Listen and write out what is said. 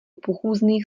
pochůzných